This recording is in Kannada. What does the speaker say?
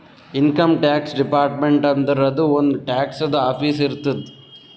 ಇನ್ಕಮ್ ಟ್ಯಾಕ್ಸ್ ಡಿಪಾರ್ಟ್ಮೆಂಟ್ ಅಂದುರ್ ಅದೂ ಒಂದ್ ಟ್ಯಾಕ್ಸದು ಆಫೀಸ್ ಇರ್ತುದ್